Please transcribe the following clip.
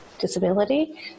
disability